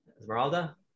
Esmeralda